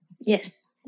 Yes